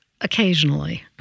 Occasionally